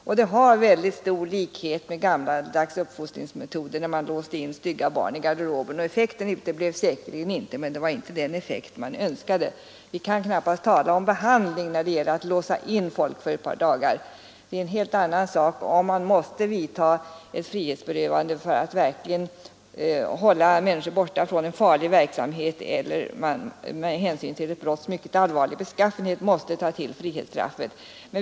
Förslaget har stor likhet med gammaldags uppfostringsmetoder, då man låste in stygga barn i garderoben. Effekten uteblev säkerligen inte, men den blev inte den man hade önskat. Man kan knappast tala om behandling när det gäller att låsa in folk ett par dagar. Det är en helt annan sak om man måste göra ett frihetsberövande för att hålla en människa borta från en farlig verksamhet eller måste ta till det med hänsyn till ett brotts mycket allvarliga beskaffenhet.